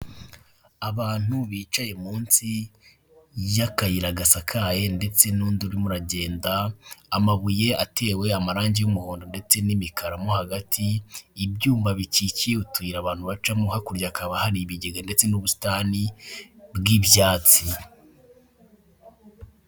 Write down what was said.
Abantu bicaye munsi y'akayira gasakaye ndetse n'undi urimo uragenda amabuye atewe amarangi y'umuhondo ndetse n'imikara mo hagati ibyuma bikikiye utuyi abantu bacamo hakurya hakaba hari ibigega ndetse n'ubusitani bw'ibyatsi.